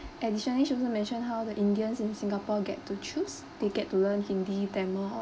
additionally she also mentioned how the indians in singapore get to choose they get to learn hindi tamil